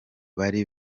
bari